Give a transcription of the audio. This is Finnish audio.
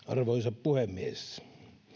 arvoisa puhemies